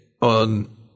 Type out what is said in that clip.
on